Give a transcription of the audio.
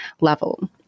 level